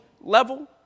level